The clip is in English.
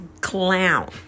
clown